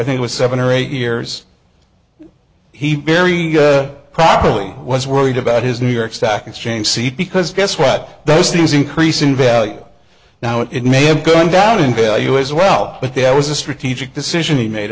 was seven or eight years he very probably was worried about his new york stock exchange seat because guess what those things increase in value now it may have good down in value as well but there was a strategic decision he made